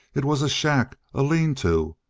it was a shack, a lean-to,